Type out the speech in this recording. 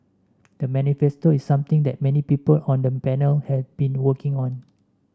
the manifesto is something that many people on the panel had been working on